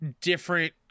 different